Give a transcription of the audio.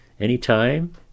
anytime